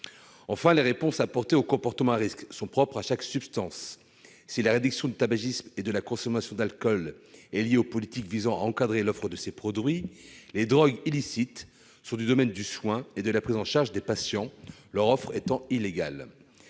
Les réponses apportées aux comportements à risque doivent être propres à chaque substance. Si la réduction du tabagisme et de la consommation d'alcool est liée aux politiques visant à encadrer l'offre de ces produits, les drogues illicites relèvent du domaine du soin et de la prise en charge des patients, leur offre étant illégale.